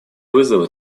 вызовы